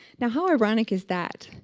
now how ironic is that,